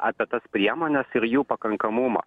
apie tas priemones ir jų pakankamumą